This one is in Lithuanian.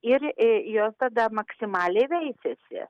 ir jos tada maksimaliai veisiasi